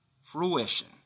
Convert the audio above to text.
Fruition